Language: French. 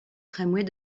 tramways